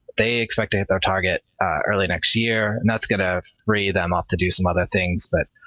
they expect to hit their target early next year. and that's going to free them up to do some other things. but